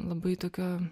labai tokio